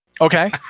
Okay